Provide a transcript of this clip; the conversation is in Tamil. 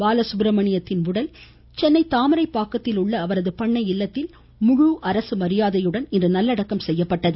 பாலசுப்பிரமணியத்தின் உடல் தாமரைப்பாக்கத்தில் உள்ள அவரது பண்ணை இல்லத்தில் முழுஅரசு மரியாதையுடன் இன்று நல்லடக்கம் செய்யப்பட்டது